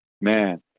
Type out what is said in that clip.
Man